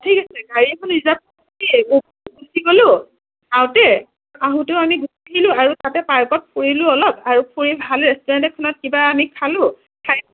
ঠিক আছে গাড়ী এখন ৰিজাৰ্ভ কৰি গুচি গ'লো আহোঁতে আহোঁতেও আমি গুচি আহিলো আৰু তাতে পাৰ্কত ফুৰিলোঁ অলপ আৰু ফুৰি ভাল ৰেষ্টুৰেণ্ট এখনত কিবা আমি খালোঁ